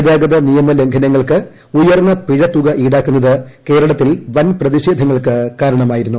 ഗതാഗത നിയമ ലംഘനങ്ങൾക്ക് ഉയർന്ന പിഴ തുക ഈടാക്കുന്നത് കേരളത്തിൽ വൻ പ്രതിഷേധങ്ങൾക്ക് കാരണമായിരുന്നു